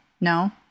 No